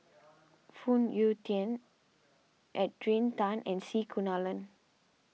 Phoon Yew Tien Adrian Tan and C Kunalan